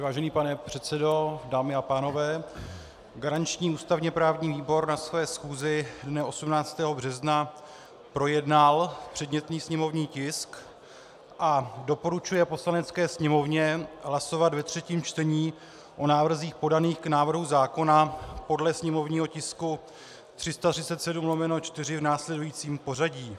Vážený pane předsedo, dámy a pánové, garanční ústavněprávní výbor na své schůzi dne 18. března projednal předmětný sněmovní tisk a doporučuje Poslanecké sněmovně hlasovat ve třetím čtení o návrzích podaných k návrhu zákona podle sněmovního tisku 337/4 v následujícím pořadí: